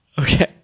Okay